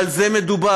על זה מדובר.